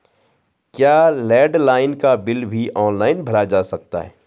क्या लैंडलाइन का बिल भी ऑनलाइन भरा जा सकता है?